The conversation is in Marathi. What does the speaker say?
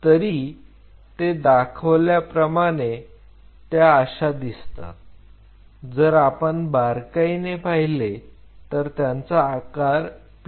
तरी ते दाखवल्याप्रमाणे त्या अशा दिसतात जर आपण बारकाईने पाहिले तर त्यांचा आकार पिरामिड सारखा असतो